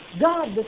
God